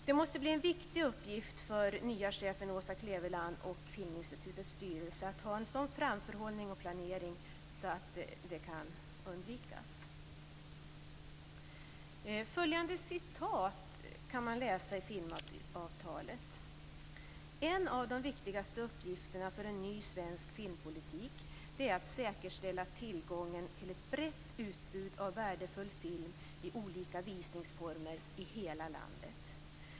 Det måste bli en viktig uppgift för nya chefen Åse Kleveland och Filminstitutets styrelse att ha en sådan framförhållning och planering att det kan undvikas. Följande citat kan man läsa i filmavtalet: "En av de viktigaste uppgifterna för en ny svensk filmpolitik är att säkerställa tillgången till ett brett utbud av värdefull film i olika visningsformer i hela landet.